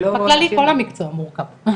בכללי כל המקצוע מורכב.